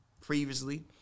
previously